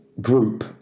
group